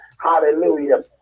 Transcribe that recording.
Hallelujah